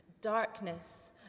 Darkness